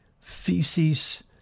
feces